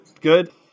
good